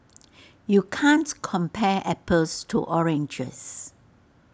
you can't compare apples to oranges